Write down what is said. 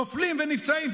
נופלים ונפצעים.